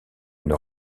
une